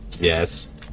yes